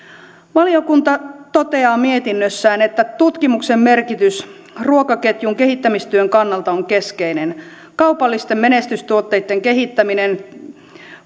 valiokunta toteaa mietinnössään että tutkimuksen merkitys ruokaketjun kehittämistyön kannalta on keskeinen kaupallisten menestystuotteitten kehittäminen